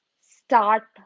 start